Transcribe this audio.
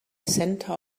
center